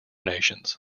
nations